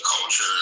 culture